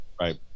Right